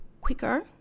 quicker